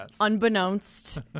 unbeknownst